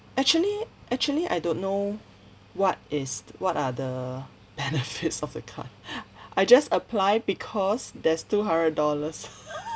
actually actually I don't know what is what are the benefits of the card I just apply because there's two hundred dollars